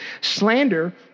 Slander